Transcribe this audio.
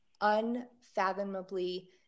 unfathomably